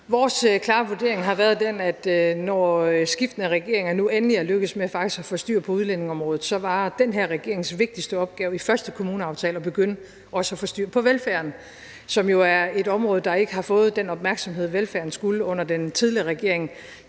Vores klare vurdering har været den, at når skiftende regeringer nu endelig er lykkedes med faktisk at få styr på udlændingeområdet, så var den her regerings vigtigste opgave i første kommuneaftale at begynde også at få styr på velfærden, som jo er et område, der ikke har fået den opmærksomhed, velfærden skulle, under den tidligere regering